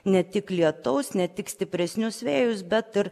ne tik lietaus ne tik stipresnius vėjus bet ir